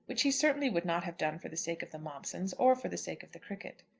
which he certainly would not have done for the sake of the momsons or for the sake of the cricket.